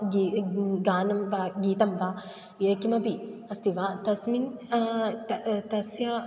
गी गानं वा गीतं वा ये किमपि अस्ति वा तस्मिन् त तस्य